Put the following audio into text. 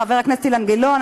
חבר הכנסת אילן גילאון,